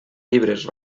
llibres